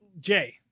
Jay